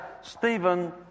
Stephen